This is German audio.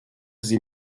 sie